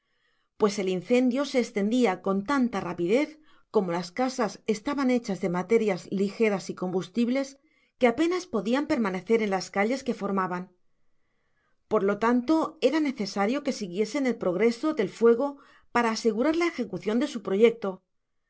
pues el incendio se estendia con tanta rapidez como las casas estaban hechas de materias lijeras y combustibles que apenas podian permanecer en las calles que formaban por lo tanto era necesario que siguiesen el progreso del fuego para asegurar la ejecucion de su proyscto